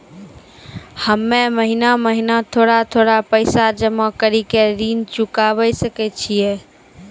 हम्मे महीना महीना थोड़ा थोड़ा पैसा जमा कड़ी के ऋण चुकाबै सकय छियै?